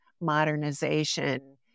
modernization